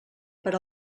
per